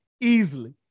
easily